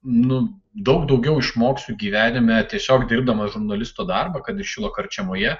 nu daug daugiau išmoksiu gyvenime tiesiog dirbdamas žurnalisto darbą kad ir šilo karčiamoje